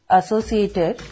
associated